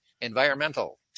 environmental